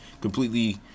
completely